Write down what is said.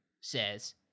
says